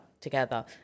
together